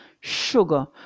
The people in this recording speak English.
sugar